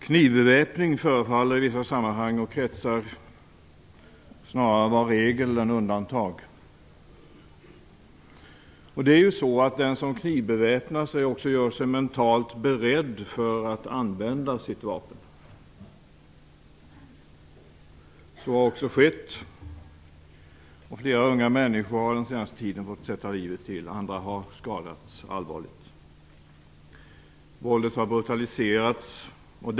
Knivbeväpning förefaller i vissa sammanhang och kretsar snarare vara regel än undantag. Den som knivbeväpnar sig gör sig ju också mentalt beredd att använda sitt vapen. Så har också skett. Flera unga människor har under den senaste tiden fått sätta livet till, och andra har skadats allvarligt. Våldet har alltså brutaliserats.